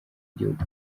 gihugu